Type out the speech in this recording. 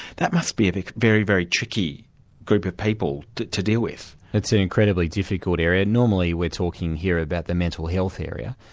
that must be a very, very tricky group of people to to deal with. that's an incredibly difficult area. normally we're talking here about the mental health area,